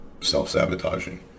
self-sabotaging